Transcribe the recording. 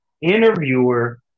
interviewer